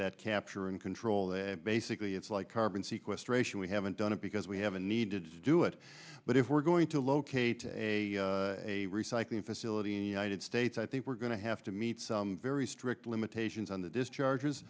that capture and control the basically it's like carbon sequestration we haven't done it because we haven't needed to do it but if we're going to locate a recycling facility in united states i think we're going to have to meet some very strict limitations on the discharges